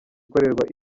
ikorerwa